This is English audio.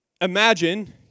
imagine